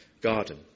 garden